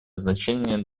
значение